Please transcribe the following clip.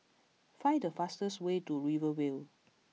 find the fastest way to Rivervale